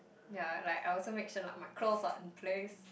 ya like I also make sure like my curls are on place